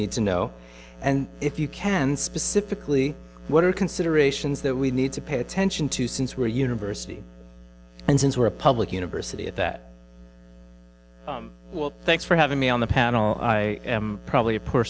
need to know and if you can specifically what are the considerations that we need to pay attention to since we're a university and since we're a public university at that well thanks for having me on the panel i am probably a poor